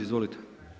Izvolite.